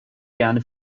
gerne